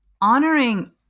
honoring